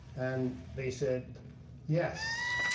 and they said yes.